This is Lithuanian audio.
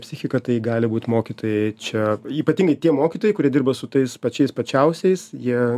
psichika tai gali būt mokytojai čia ypatingai tie mokytojai kurie dirba su tais pačiais pačiausiais jie